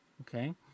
Okay